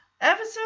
episode